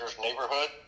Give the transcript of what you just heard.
neighborhood